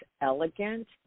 elegant